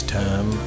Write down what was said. time